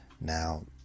Now